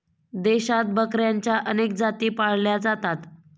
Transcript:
देशात बकऱ्यांच्या अनेक जाती पाळल्या जातात